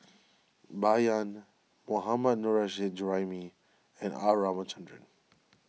Bai Yan Mohammad Nurrasyid Juraimi and R Ramachandran